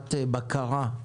לרמת בקרה,